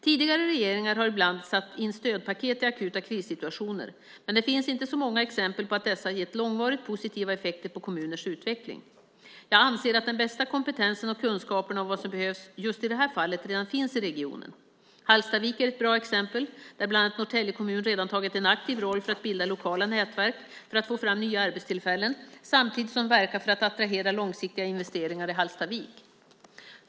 Tidigare regeringar har ibland satt in stödpaket i akuta krissituationer, men det finns inte många exempel på att dessa har gett långvarigt positiva effekter på kommuners utveckling. Jag anser att den bästa kompetensen - och kunskaperna om vad som behövs just i det här fallet - redan finns i regionen. Hallstavik är ett bra exempel där bland andra Norrtälje kommun redan tagit en aktiv roll för att bilda lokala nätverk för att få fram nya arbetstillfällen samtidigt som de verkar för att attrahera långsiktiga investeringar i Hallstavik.